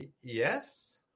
Yes